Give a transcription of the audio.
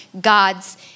God's